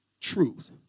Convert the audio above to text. truth